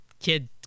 kid